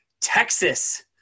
Texas